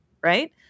right